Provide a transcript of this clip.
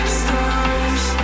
stars